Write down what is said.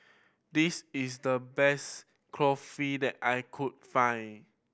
this is the best Kulfi that I could find